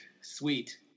Sweet